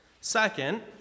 Second